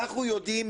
אנחנו יודעים,